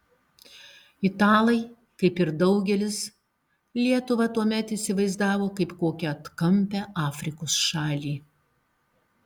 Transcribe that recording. italai kaip ir daugelis lietuvą tuomet įsivaizdavo kaip kokią atkampią afrikos šalį